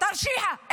תרשיחא,